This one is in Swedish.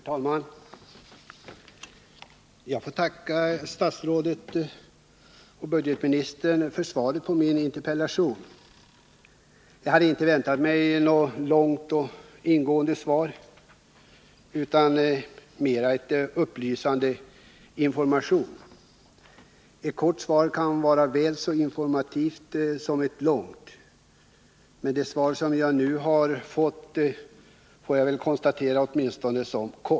Herr talman! Jag får tacka statsrådet och budgetministern för svaret på min interpellation. Jag hade inte väntat mig något långt och ingående svar utan mera upplysande information. Ett kort svar kan vara väl så informativt som ett långt. Men det svar som jag nu har fått måste jag tyvärr karakterisera som enbart kort.